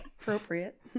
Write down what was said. Appropriate